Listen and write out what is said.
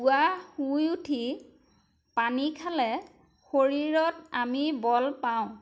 পুৱা শুই উঠি পানী খালে শৰীৰত আমি বল পাওঁ